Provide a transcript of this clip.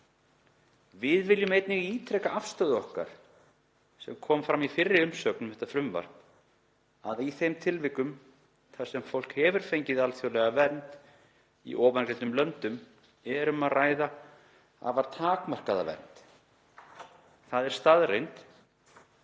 Við viljum einnig ítreka afstöðu okkar sem fram kom í fyrri umsögn um þetta frumvarp, að í þeim tilfellum þar sem fólk hefur fengið alþjóðlega vernd í ofangreindum löndum er um að ræða afar takmarkaða vernd. Það er staðreynd